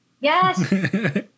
yes